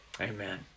Amen